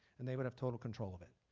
and they would have total control of it.